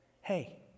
Hey